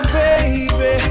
baby